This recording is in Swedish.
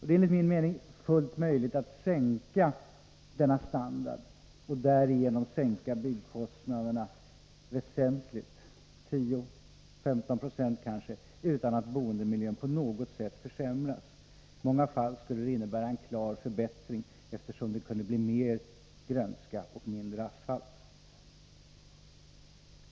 Det är enligt min mening fullt möjligt att sänka denna standard och därigenom sänka byggkostnaderna väsentligt — kanske 10-15 96 — utan att boendemiljön på något sätt försämras. I många fall skulle det innebära en klar förbättring, eftersom det kunde bli mer grönska och mindre asfalt.